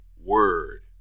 word